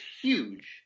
huge